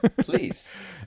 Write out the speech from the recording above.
please